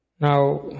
Now